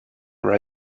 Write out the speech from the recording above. right